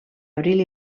abril